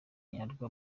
nyarwo